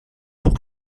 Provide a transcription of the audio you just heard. pour